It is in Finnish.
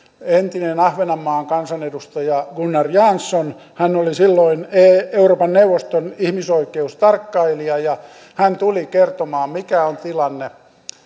entinen ahvenanmaan kansanedustaja gunnar jansson hän oli silloin euroopan neuvoston ihmisoikeustarkkailija ja hän tuli kertomaan mikä on tilanne